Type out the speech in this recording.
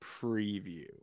preview